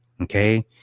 Okay